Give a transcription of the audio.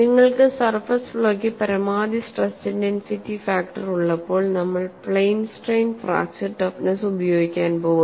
നിങ്ങൾക്ക് സർഫസ് ഫ്ളോക്കു പരമാവധി സ്ട്രെസ് ഇന്റൻസിറ്റി ഫാക്ടർ ഉള്ളപ്പോൾ നമ്മൾ പ്ലെയിൻ സ്ട്രെയിൻ ഫ്രാക്ചർ ടഫ്നെസ്സ് ഉപയോഗിക്കാൻ പോകുന്നു